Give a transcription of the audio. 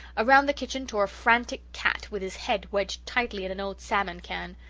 around the kitchen tore a frantic cat, with his head wedged tightly in an old salmon can.